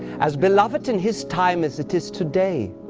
as beloved in his time as it is today.